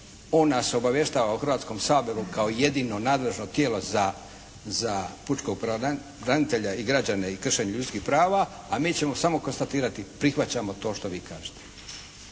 nas obavještava u Hrvatskom saboru kao jedino nadležno tijelo za pučkog pravobranitelja i građane i kršenje ljudskih prava, a mi ćemo samo konstatirati prihvaćamo to što vi kažete.